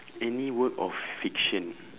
any work of fiction